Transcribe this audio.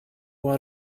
ought